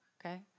okay